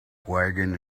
wagon